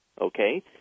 Okay